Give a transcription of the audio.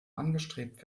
angestrebt